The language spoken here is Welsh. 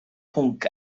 pwnc